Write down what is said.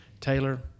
Taylor